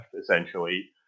essentially